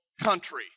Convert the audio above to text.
country